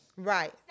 Right